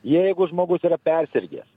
jeigu žmogus yra persirgęs